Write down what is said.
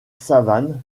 savane